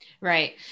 Right